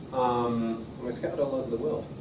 um we're scattered all over the world!